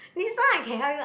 this one I can help you